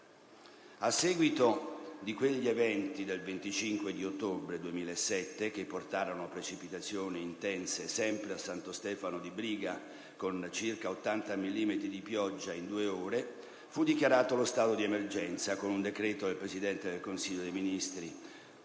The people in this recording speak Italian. A seguito di quegli eventi del 25 ottobre 2007, che portarono precipitazioni intense, sempre a Santo Stefano di Briga, con circa 80 millimetri di pioggia in due ore, fu dichiarato lo stato di emergenza, con decreto del presidente del Consiglio dei ministri